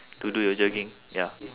to do your jogging ya